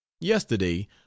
Yesterday